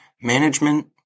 Management